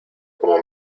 como